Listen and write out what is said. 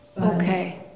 Okay